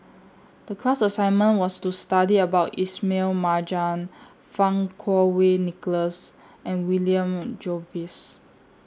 The class assignment was to study about Ismail Marjan Fang Kuo Wei Nicholas and William Jervois